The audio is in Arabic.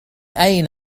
أين